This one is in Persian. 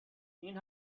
این